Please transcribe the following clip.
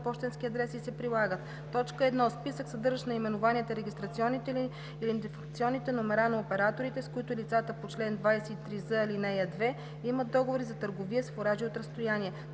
пощенски адрес и се прилагат: 1. списък, съдържащ наименованията и регистрационните или идентификационните номера на операторите, с които лицата по чл. 23з, ал. 2 имат договори за търговия с фуражи от разстояние;